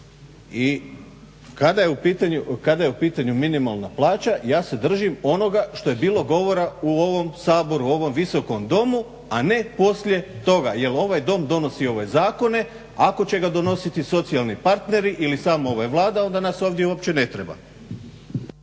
I kada je u pitanju minimalna plaća ja se držim onoga što je bilo govora u ovom Visokom domu, a ne poslije toga jel ovaj Dom donosi ove zakone. Ako će ga donositi socijalni partneri ili samo Vlada onda nas ovdje uopće ne treba.